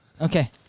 Okay